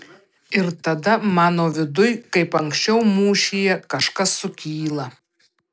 ir tada mano viduj kaip anksčiau mūšyje kažkas sukyla